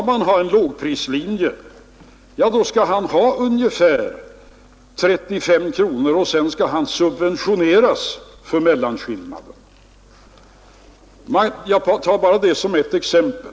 Väljer man en lågprislinje skall bonden ha ungefär 35 kronor, och sedan skall han subventioneras för mellanskillnaden. Jag nämner det bara som ett exempel.